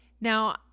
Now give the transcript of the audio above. Now